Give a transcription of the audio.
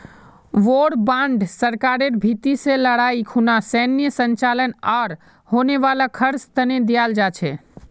war bond सरकारेर भीति से लडाईर खुना सैनेय संचालन आर होने वाला खर्चा तने दियाल जा छे